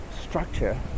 structure